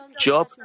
Job